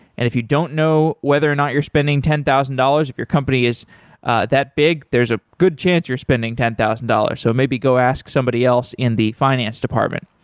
and if you don't know whether or not you're spending ten thousand dollars, if your company is that big, there's a good chance you're spending ten thousand dollars. so maybe go ask somebody else in the finance department.